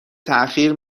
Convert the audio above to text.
تاخیر